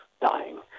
dying